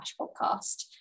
podcast